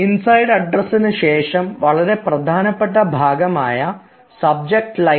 inside അഡ്രസ്സിന് ശേഷം വളരെ പ്രധാനപ്പെട്ട ഭാഗമായ സബ്ജറ്റ് ലൈൻ